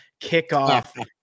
kickoff